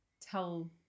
tell